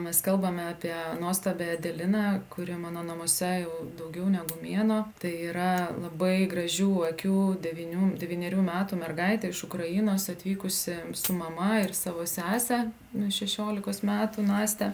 mes kalbame apie nuostabią adeliną kuri mano namuose jau daugiau negu mėnuo tai yra labai gražių akių devynių devynerių metų mergaitė iš ukrainos atvykusi su mama ir savo sese nu šešiolikos metų naste